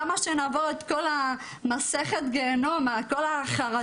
למה שהן יעברו את כל מסכת הגהינום וכל החרדות,